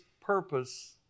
purpose